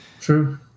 True